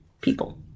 people